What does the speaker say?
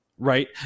right